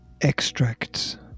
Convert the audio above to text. Extracts